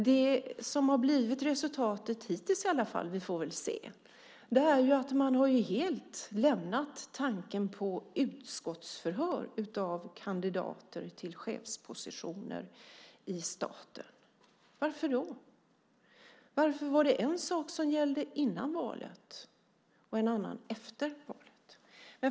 Det som har blivit resultatet hittills i alla fall - vi får väl se - är att man helt har lämnat tanken på utskottsförhör av kandidater till chefspositioner i staten. Varför då? Varför var det en sak som gällde före valet och en annan efter valet?